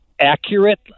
accurate